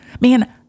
Man